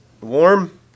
warm